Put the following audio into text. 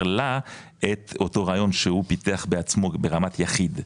לה את אותו רעיון שהוא פיתח בעצמו ברמת יחיד,